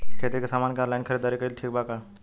खेती के समान के ऑनलाइन खरीदारी कइल ठीक बा का?